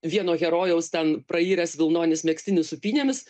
vieno herojaus ten prairęs vilnonis megztinis su pynėmis